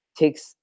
takes